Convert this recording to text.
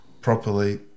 properly